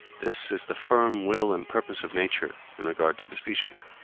this is the firm will and purpose of nature in regard to the species,